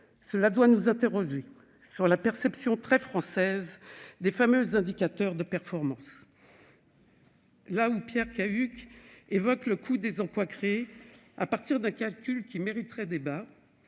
amener à nous interroger sur la perception, très française, des fameux « indicateurs de performance ». À Pierre Cahuc, qui évoque « le coût des emplois créés », à partir d'un calcul qui mériterait un débat,